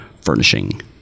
furnishing